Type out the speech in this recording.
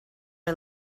are